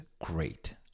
great